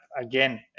again